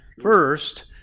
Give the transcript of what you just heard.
First